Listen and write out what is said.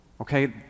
okay